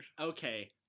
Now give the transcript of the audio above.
Okay